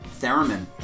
theremin